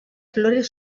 flores